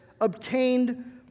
obtained